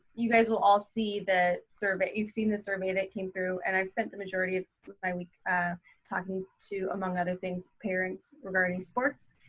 you guys will all see the survey. you've seen the survey that came through and i've spent the majority of my week talking to, among other things parents regarding sports,